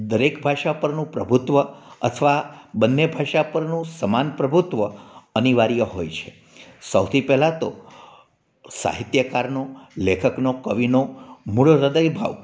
દરેક ભાષા પરનું પ્રભુત્વ અથવા બન્ને ભાષા પરનું સમાન પ્રભુત્વ અનિવાર્ય હોય છે સૌથી પહેલા તો સાહિત્યકારનું લેખકનો કવિનો મૂળ હૃદયભાવ